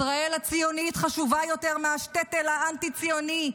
ישראל הציונית חשובה יותר מהשטעטל האנטי-ציוני,